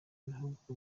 bihugu